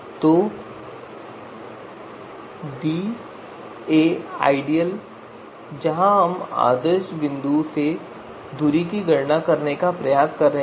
तो daideal जहां हम आदर्श बिंदु से दूरी की गणना करने का प्रयास कर रहे हैं